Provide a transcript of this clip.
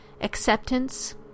acceptance